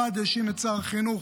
הרלב"ד האשים את שר החינוך.